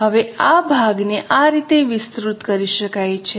હવે આ ભાગને આ રીતે વિસ્તૃત કરી શકાય છે